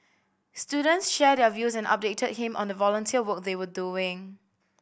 students shared their views and updated him on the volunteer work they were doing